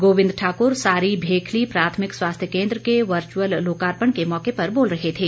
गोविंद सिंह ठाकुर सारी भेखली प्राथमिक स्वास्थ्य केन्द्र के वर्चुअल लोकार्पण के मौके पर बोल रहे थे